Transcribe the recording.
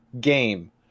game